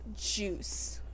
juice